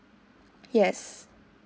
yes